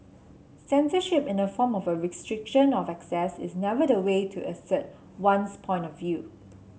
censorship in the form of a restriction of access is never the way to assert one's point of view